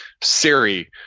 Siri